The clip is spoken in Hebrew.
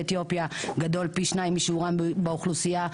אתיופיה גדול פי שניים משיעורם באוכלוסייה,